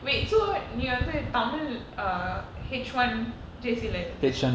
wait so நீவந்துதமிழ்:nee vandhu tamil uh H one J_C எடுத்த:edutha